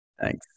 thanks